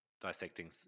dissecting